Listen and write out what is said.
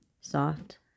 soft